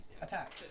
Attack